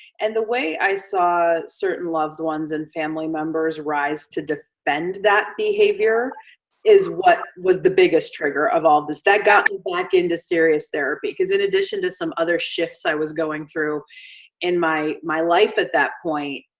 and the way i saw certain loved ones and family members rise to defend that behavior is what was the biggest trigger of all of this. that got me back into serious therapy, cause in addition to some other shifts i was going through in my my life at that point,